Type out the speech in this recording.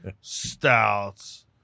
stouts